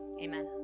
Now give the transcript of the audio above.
Amen